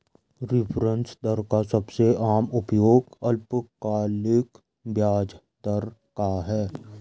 reference दर का सबसे आम उपयोग अल्पकालिक ब्याज दर का है